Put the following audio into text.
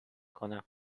کنم